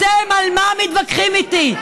אתם, על מה אתם מתווכחים איתי?